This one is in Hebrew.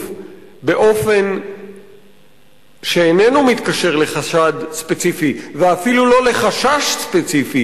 באופן שאיננו מתקשר לחשד ספציפי ואפילו לא לחשש ספציפי,